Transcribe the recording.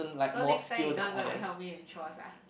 so next time you're not gonna help me with chores ah